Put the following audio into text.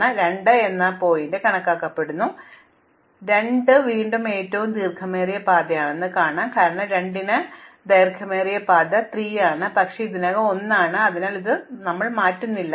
ഇപ്പോൾ ഞാൻ 2 എന്ന ശീർഷകം കണക്കാക്കുന്നു ഇപ്പോൾ 2 വീണ്ടും ഏറ്റവും ദൈർഘ്യമേറിയ പാത എന്ന് പറയും കാരണം 2 ന്റെ ദൈർഘ്യമേറിയ പാത 3 ആണ് പക്ഷേ ഇത് ഇതിനകം 1 ആണ് അതിനാൽ ഞങ്ങൾ ഇത് മാറ്റുന്നില്ല